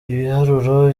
ibiharuro